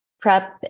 prep